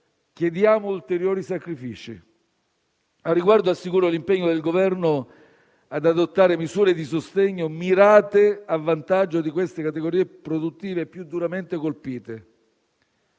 chiediamo ulteriori sacrifici. Al riguardo, assicuro l'impegno del Governo ad adottare misure di sostegno mirate a vantaggio di queste categorie produttive più duramente colpite.